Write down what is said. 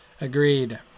Agreed